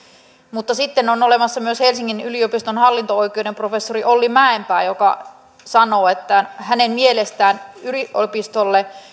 mutta sitten on olemassa myös helsingin yliopiston hallinto oikeuden professori olli mäenpää joka sanoo että hänen mielestään yliopistolle